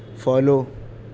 follow